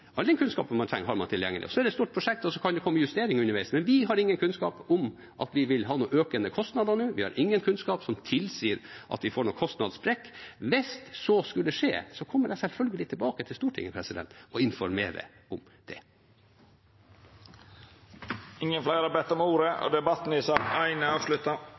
all den kunnskapen man trenger, har man tilgjengelig. Dette er et stort prosjekt, og det kan komme justeringer underveis. Men vi har ingen kunnskap om at vi vil ha noen økende kostnader nå, vi har ingen kunnskap som tilsier at vi får noen kostnadssprekk. Hvis så skulle skje, kommer jeg selvfølgelig tilbake til Stortinget og informerer om det. Fleire har ikkje bedt om ordet til sak